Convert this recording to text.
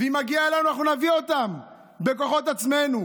ואם מגיע לנו אנחנו נביא אותם בכוחות עצמנו.